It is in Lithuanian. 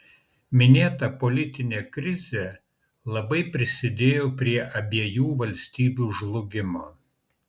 minėta politinė krizė labai prisidėjo prie abiejų valstybių žlugimo